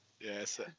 Yes